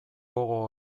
gogo